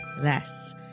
less